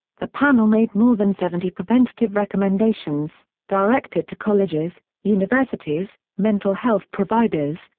the panel made more than seventy preventative recommendations, directed to colleges, universities, mental health providers,